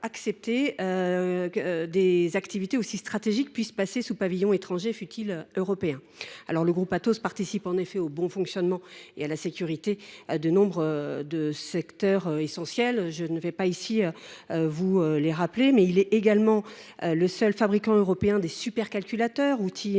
que des activités aussi stratégiques passent sous pavillon étranger, fût il européen. Le groupe Atos participe en effet au bon fonctionnement et à la sécurité de nombreux secteurs essentiels – je ne les rappellerai pas –, mais il est également le seul fabricant européen de supercalculateurs, outils éminemment